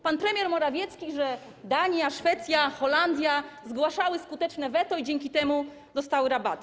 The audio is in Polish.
Pan premier Morawiecki mówił, że Dania, Szwecja, Holandia zgłaszały skuteczne weto i dzięki temu dostały rabaty.